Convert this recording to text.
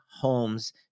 homes